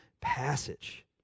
passage